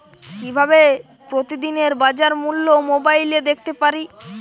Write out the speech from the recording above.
কিভাবে প্রতিদিনের বাজার মূল্য মোবাইলে দেখতে পারি?